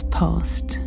past